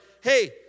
hey